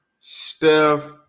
Steph